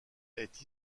est